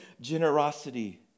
generosity